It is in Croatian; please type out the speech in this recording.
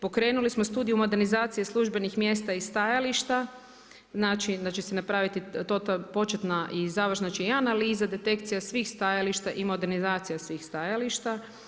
Pokrenuli smo Studiju modernizacije službenih mjesta i stajališta, znači da će se napraviti početna i završna i analiza detekcija svih stajališta i modernizacija svih stajališta.